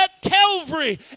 Calvary